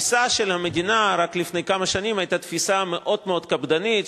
התפיסה של המדינה רק לפני כמה שנים היתה תפיסה מאוד מאוד קפדנית,